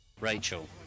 Rachel